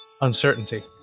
uncertainty